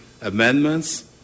amendments